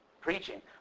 preaching